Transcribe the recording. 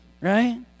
right